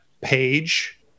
page